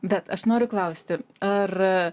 bet aš noriu klausti ar